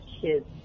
kids